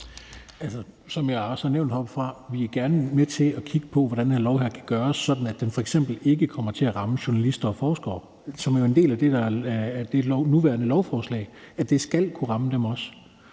Som jeg også har nævnt heroppefra, er vi gerne med til at kigge på, hvordan det her lovforslag kan laves, så det f.eks. ikke kommer til at ramme journalister og forskere. Det er jo en del af det nuværende lovforslag, at det også skal kunne ramme dem.